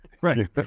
Right